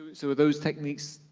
so those techniques,